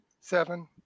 seven